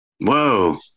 Whoa